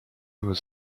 was